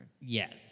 Yes